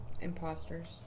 Imposters